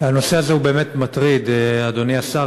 הנושא הזה באמת מטריד, אדוני השר.